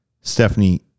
Stephanie